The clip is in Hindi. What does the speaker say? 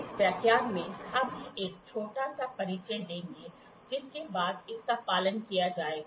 इस व्याख्यान में हम एक छोटा सा परिचय देंगे जिसके बाद इसका पालन किया जाएगा